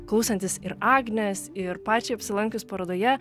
klausantis ir agnės ir pačiai apsilankius parodoje